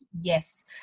Yes